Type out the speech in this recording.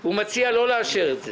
הוא מציע לא לאשר את זה.